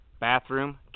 bathroom